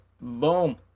boom